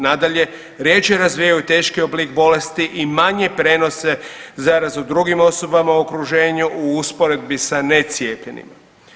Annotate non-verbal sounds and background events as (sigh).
Nadalje, ... (unintelligible) razvijaju teški oblik bolesti i manje prenose zarazu drugim osobama u okruženju u usporedbi sa necijepljenima.